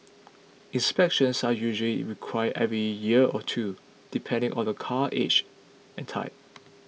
inspections are usually required every year or two depending on the car's age and type